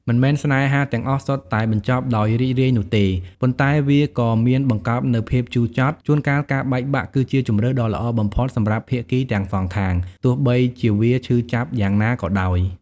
មិនមែនស្នេហាទាំងអស់សុទ្ធតែបញ្ចប់ដោយរីករាយនោះទេ ប៉ុន្តែវាក៏មានបង្កប់នូវភាពជូរចត់ ជួនកាលការបែកបាក់គឺជាជម្រើសដ៏ល្អបំផុតសម្រាប់ភាគីទាំងសងខាង ទោះបីជាវាឈឺចាប់យ៉ាងណាក៏ដោយ។